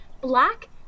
black